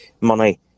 money